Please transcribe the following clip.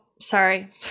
sorry